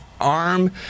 arm